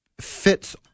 fits